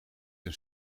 een